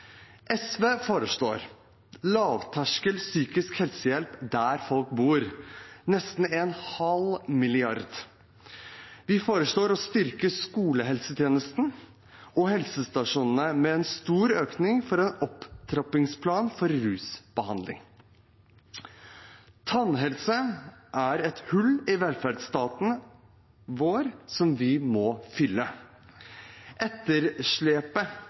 SV foreslår lavterskel psykisk helsehjelp der folk bor – nesten en halv milliard kroner. Vi foreslår å styrke skolehelsetjenesten og helsestasjonene med en stor økning for en opptrappingsplan for rusbehandling. Tannhelse er et hull i velferdsstaten vår som vi må fylle. Etterslepet